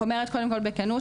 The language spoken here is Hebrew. אני אומרת קודם כל בכנות,